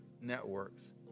networks